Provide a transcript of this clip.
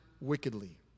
wickedly